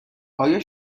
آیا